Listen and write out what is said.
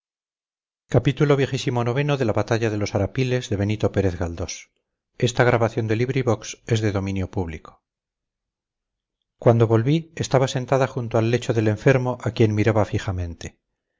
hablar cuando volví estaba sentada junto al lecho del enfermo a quien miraba fijamente